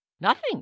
Nothing